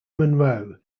munro